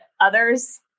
others